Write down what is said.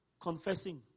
confessing